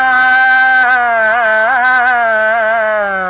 aa